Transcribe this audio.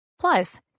Plus